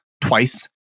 twice